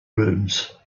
rooms